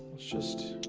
just